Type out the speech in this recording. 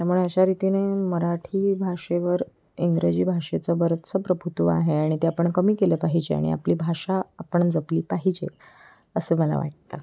त्यामुळे अशा रितीने मराठी भाषेवर इंग्रजी भाषेचं बरंचसं प्रभुत्व आहे आणि ते आपण कमी केलं पाहिजे आणि आपली भाषा आपण जपली पाहिजे असं मला वाटतं